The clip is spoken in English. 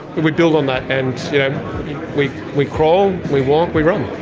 we build on that and you know we we crawl, we walk, we run.